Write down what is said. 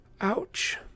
ouch